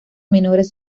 menores